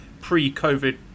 pre-COVID